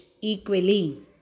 equally